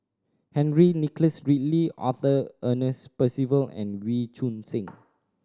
Henry Nicholas Ridley Arthur Ernest Percival and Wee Choon Seng